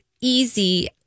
easy